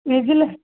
வெஜ்ஜில்